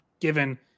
given